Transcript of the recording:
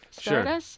Sure